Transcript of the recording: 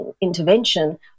intervention